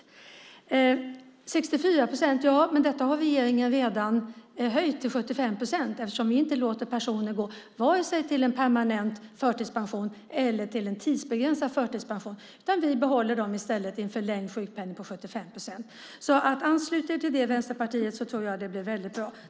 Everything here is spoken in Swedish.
De 64 procenten har regeringen redan höjt till 75 procent eftersom vi inte låter personer gå vare sig till en permanent förtidspension eller till en tidsbegränsad förtidspension. Vi behåller dem i stället i en förlängd sjukpenning på 75 procent. Anslut er till det, Vänsterpartiet, så tror jag att det blir mycket bra!